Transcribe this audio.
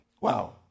Wow